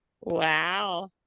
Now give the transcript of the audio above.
Wow